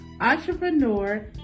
entrepreneur